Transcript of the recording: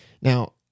now